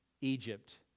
Egypt